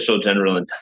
general